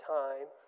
time